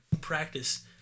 practice